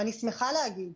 אני שמחה לומר,